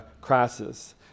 crisis